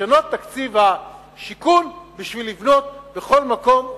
לשנות את תקציב השיכון כדי לבנות בכל מקום,